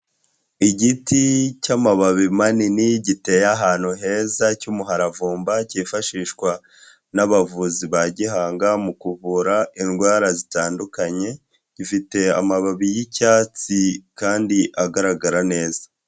Igiti cy'amababi manini giteye ahantu heza cy'umuravumba cyifashishwa n'abavuzi ba gihanga mu kuvura indwara zitandukanye, gifite amababi y'icyatsi kandi agaragara neza.